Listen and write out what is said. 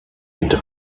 into